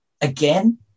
again